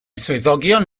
swyddogion